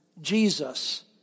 Jesus